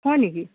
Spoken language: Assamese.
হয় নেকি